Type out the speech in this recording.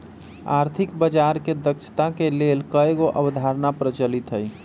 आर्थिक बजार के दक्षता के लेल कयगो अवधारणा प्रचलित हइ